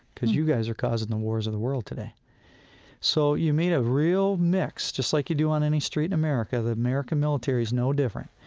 because you guys are causing the wars of the world today so you meet a real mix, just like you do on any street in america. the american military's no different.